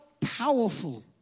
powerful